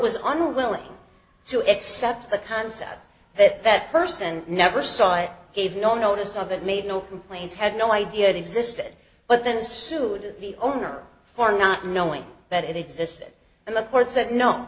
was unwilling to accept the concept that that person never saw it gave no notice of it made no complaints had no idea it existed but then sued the owner for not knowing that it existed and the court said no